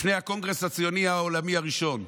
לפני הקונגרס הציוני העולמי הראשון,